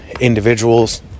individuals